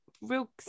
Real